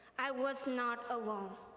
i was not alone.